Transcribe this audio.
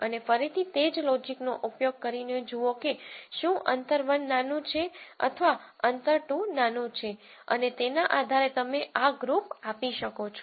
અને ફરીથી તે જ લૉજિકનો ઉપયોગ કરીને જુઓ કે શું અંતર 1 નાનું છે અથવા અંતર 2 નાનું છે અને તેના આધારે તમે આ ગ્રુપ આપી શકો છો